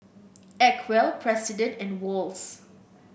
Acwell President and Wall's